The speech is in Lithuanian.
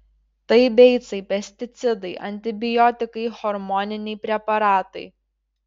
tai beicai pesticidai antibiotikai hormoniniai preparatai